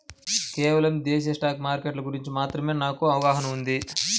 కేవలం దేశీయ స్టాక్ మార్కెట్ల గురించి మాత్రమే నాకు అవగాహనా ఉంది